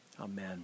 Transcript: Amen